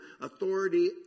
authority